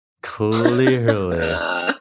Clearly